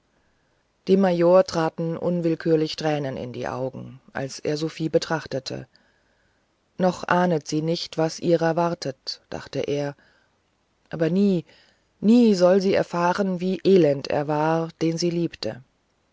dem major traten unwillkürlich tränen in die augen als er sophie betrachtete noch ahnet sie nicht was ihrer wartet dachte er aber nie nie soll sie erfahren wie elend der war den sie liebte